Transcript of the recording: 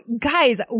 guys